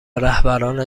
رهبران